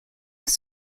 with